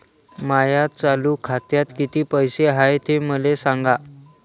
माया चालू खात्यात किती पैसे हाय ते मले सांगा